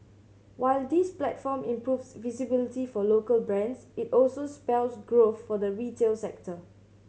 while this platform improves visibility for local brands it also spells growth for the retail sector